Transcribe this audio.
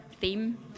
theme